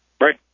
Right